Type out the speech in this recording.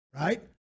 right